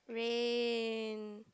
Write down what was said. rain